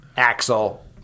Axel